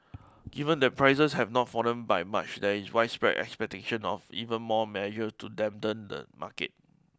given that prices have not fallen by much there is widespread expectation of even more measure to dampen the market